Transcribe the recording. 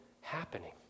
happening